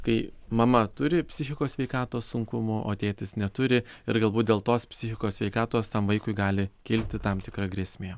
kai mama turi psichikos sveikatos sunkumų o tėtis neturi ir galbūt dėl to psichikos sveikatos tam vaikui gali kilti tam tikra grėsmė